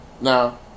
Now